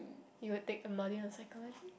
you would take a module on psychology